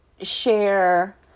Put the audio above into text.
share